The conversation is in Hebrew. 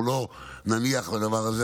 אנחנו לא נניח לדבר הזה.